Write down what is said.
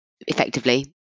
effectively